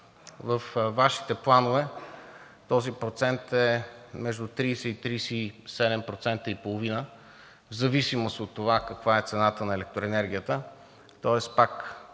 Във Вашите планове този процент е между 30 и 37,5% в зависимост от това каква е цената на електроенергията.